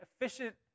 efficient